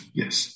yes